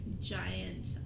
giant